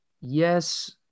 Yes